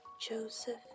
Joseph